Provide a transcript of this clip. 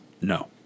no